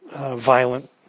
violent